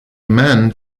men